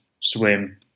swim